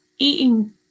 eating